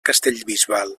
castellbisbal